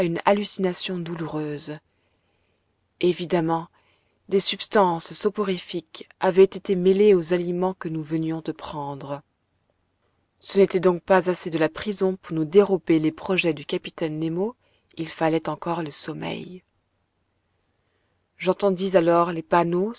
une hallucination douloureuse évidemment des substances soporifiques avaient été mêlées aux aliments que nous venions de prendre ce n'était donc pas assez de la prison pour nous dérober les projets du capitaine nemo il fallait encore le sommeil j'entendis alors les panneaux